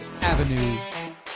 Avenue